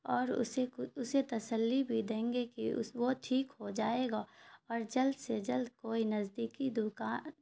اور اسے اسے تسلی بھی دیں گے کہ اس وہ ٹھیک ہو جائے گا اور جلد سے جلد کوئی نزدیکی دکان